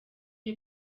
iyo